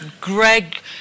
Greg